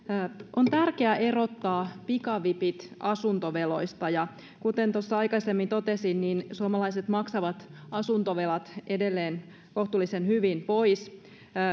on tärkeä erottaa pikavipit asuntoveloista ja kuten tuossa aikaisemmin totesin suomalaiset maksavat asuntovelat edelleen kohtuullisen hyvin pois